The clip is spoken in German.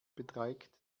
beträgt